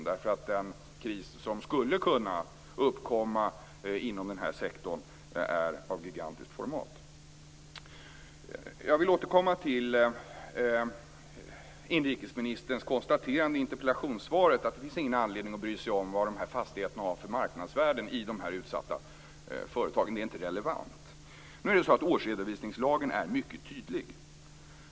Den kris som skulle kunna uppkomma inom den här sektorn är ju av gigantiskt format. Jag vill återkomma till inrikesministerns konstaterande i interpellationssvaret om att det inte finns någon anledning att bry sig om vad fastigheterna i de här utsatta företagen har för marknadsvärde. Det skulle inte vara relevant. Nu är det så att årsredovisningslagen är mycket tydlig.